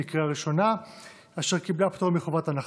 על סדר-היום: